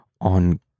on